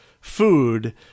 food